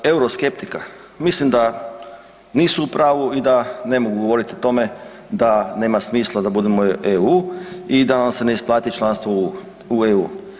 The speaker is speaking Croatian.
Što se tiče euroskeptika, mislim da nisu u pravu i da ne mogu govorit o tome da nema smisla da budemo EU i da nam se ne isplati članstvo u EU.